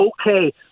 okay